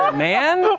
um man?